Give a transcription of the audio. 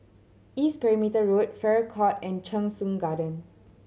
East Perimeter Road Farrer Court and Cheng Soon Garden